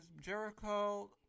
Jericho